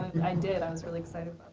i did i was really excited